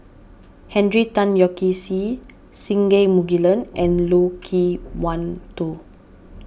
Henry Tan Yoke See Singai Mukilan and Loke Wan Tho